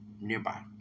nearby